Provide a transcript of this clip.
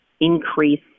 increase